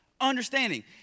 understanding